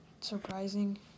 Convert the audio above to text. surprising